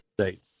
States